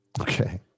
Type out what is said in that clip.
Okay